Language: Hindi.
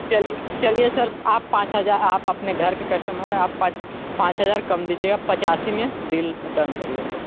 चलिए चलिए सर आप पाँच हजार आप अपने घर के कस्टमर हैं आप पाँच हजार कम दीजिएगा पचासी में डील डन करिए सर